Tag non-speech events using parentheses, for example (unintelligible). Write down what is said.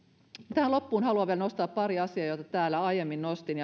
tähän loppuun haluan vielä nostaa pari asiaa joita täällä aiemmin nostin (unintelligible)